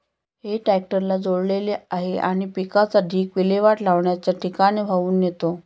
हे ट्रॅक्टरला जोडलेले आहे आणि पिकाचा ढीग विल्हेवाट लावण्याच्या ठिकाणी वाहून नेतो